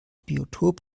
biotop